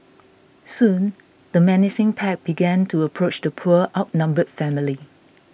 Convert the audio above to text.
soon the menacing pack began to approach the poor outnumbered family